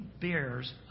bears